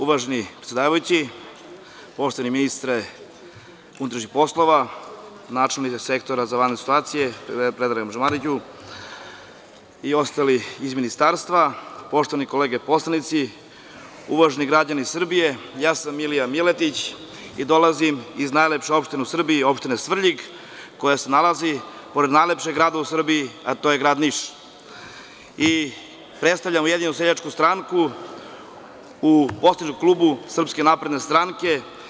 Uvaženi predsedavajući, poštovani ministre unutrašnjih poslova, načelniče Sektora za vanredne situacije, gospodine Mariću, i ostali iz Ministarstva, poštovane kolege poslanici, uvaženi građani Srbije, ja sam Milija Miletić i dolazim iz najlepše opštine u Srbiji, opštine Svrljig, koja se nalazi pored najlepšeg grada u Srbiji, a to je grad Niš i predstavljam Ujedinjenu seljačku stranku u poslaničkom klubu Srpske napredne stranke.